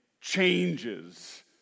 changes